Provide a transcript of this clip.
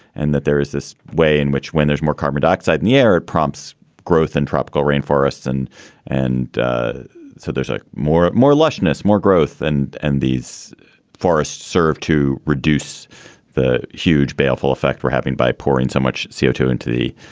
and that there is this way in which when there's more carbon dioxide in the air, it prompts growth in tropical rainforests. and and so there's a more, more lushness, more growth and and these forests serve to reduce the huge baleful effect we're having by pouring so much c o two into the